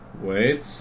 Wait